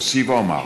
אוסיף ואומר,